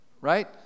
right